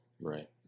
right